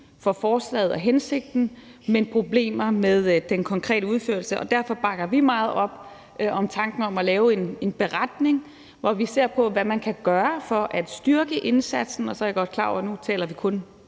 for forslaget og hensigten, men problemer med den konkrete udførelse. Derfor bakker vi meget op om tanken om at lave en beretning, hvor vi ser på, hvad man kan gøre for at styrke indsatsen. Så er jeg godt klar over, at nu taler vi kun